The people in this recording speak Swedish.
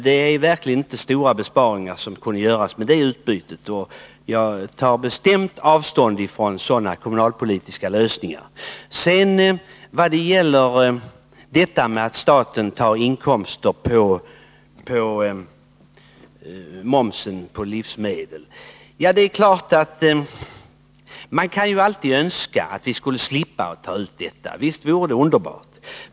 Det är verkligen inte stora besparingar som skulle göras genom ett sådant utbyte, och jag tar tiska åtgärder tiska åtgärder bestämt avstånd från sådana kommunalpolitiska lösningar. Vad sedan gäller att staten tar in inkomster genom moms på livsmedel är det klart att vi alltid kan önska att vi skulle slippa att ta ut detta — visst vore det underbart.